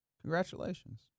Congratulations